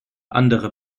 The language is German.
andere